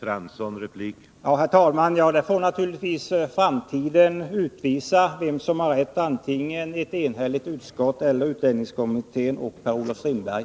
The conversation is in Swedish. Herr talman! Framtiden får naturligtvis utvisa vem som har rätt — ett enhälligt utskott eller utlänningslagskommittén och Per-Olof Strindberg.